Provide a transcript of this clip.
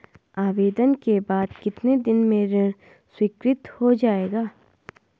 आवेदन के बाद कितने दिन में ऋण स्वीकृत हो जाएगा?